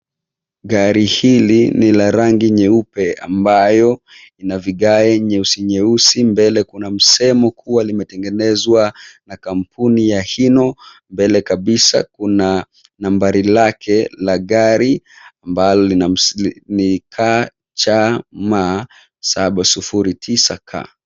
Gari hili ni la rangi nyeupe ambayo ina vigae nyeusi nyeusi. Mbele kuna msemo kuwa limetengenezwa na kampuni ya Hino . Mbele kabisa kuna nambari lake la gari ambalo ni KCM 709K .